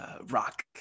rock